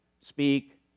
speak